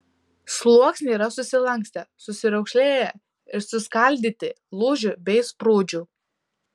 sluoksniai yra susilankstę susiraukšlėję ir suskaldyti lūžių bei sprūdžių